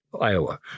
Iowa